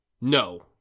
No